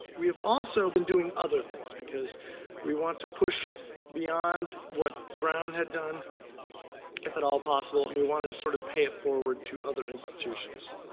we have also been doing other things because we want to push beyond what brown had done if at all possible and we wanted to sort of pay it forward to other institutions.